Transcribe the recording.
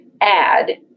add